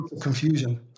confusion